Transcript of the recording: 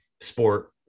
sport